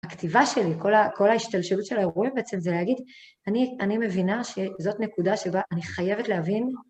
הכתיבה שלי, כל ההשתלשלות של האירועים בעצם זה להגיד, אני מבינה שזאת נקודה שבה אני חייבת להבין.